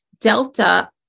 Delta